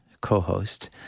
co-host